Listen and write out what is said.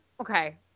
okay